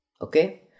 Okay